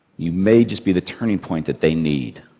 you may just be the turning point that they need.